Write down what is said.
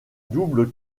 double